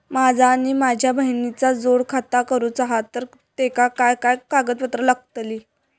माझा आणि माझ्या बहिणीचा जोड खाता करूचा हा तर तेका काय काय कागदपत्र लागतली?